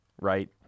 right